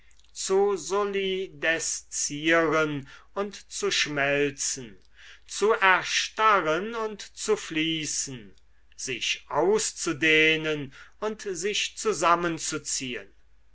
zu solideszieren und zu schmelzen zu erstarren und zu fließen sich auszudehnen und sich zusammenzuziehen